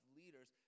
leaders